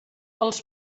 els